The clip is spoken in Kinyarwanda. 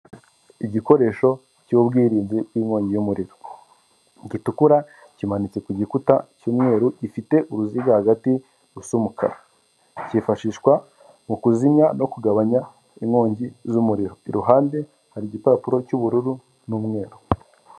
Igikoresho cy'ubwirinzi bw'inkongi y'umuriro. Gitukura, kimanitse ku gikuta cy'umweru, gifite uruziga hagati, rusa umukara. Cyifashishwa mu kuzimya no kugabanya inkongi z'umuriro. Iruhande hari igipapuro cy'ubururu n'umweru.